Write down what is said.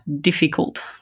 difficult